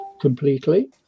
completely